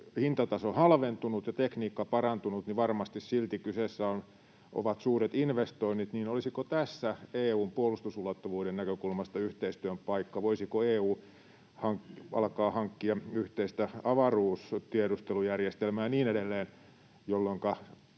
hintataso halventunut ja tekniikka parantunut, niin varmasti silti kyseessä ovat suuret investoinnit — olisiko tässä EU:n puolustusulottuvuuden näkökulmasta yhteistyön paikka. Voisiko EU alkaa hankkia yhteistä avaruustiedustelujärjestelmää ja niin edelleen, jolloinka